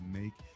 make